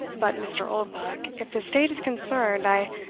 but, mr. oldbuck, if the state is concerned, i,